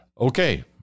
Okay